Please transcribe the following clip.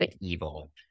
evil